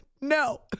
No